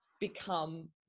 become